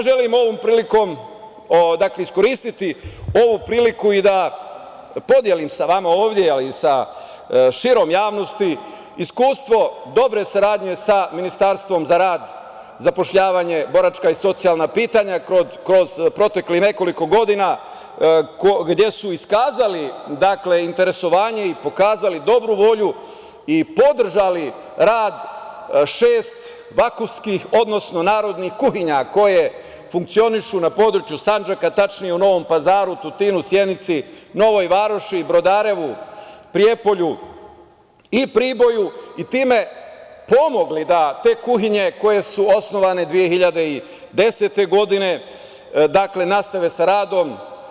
Želim iskoristiti ovu priliku da podelim sa vama ovde, ali i široj javnosti, iskustvo dobre saradnje sa Ministarstvom za rad, zapošljavanje, boračka i socijalna pitanja kroz proteklih nekoliko godina, gde su iskazali interesovanje i pokazali dobru volju i podržali rad šest vakufskih odnosno narodnih kuhinja koje funkcionišu na području Sandžaka, tačnije u Novom Pazaru, Tutinu, Sjenici, Novoj Varoši, Brodarevu, Prijepolju i Priboju i time pomogli da te kuhinje koje su osnovane 2010. godine nastave sa radom.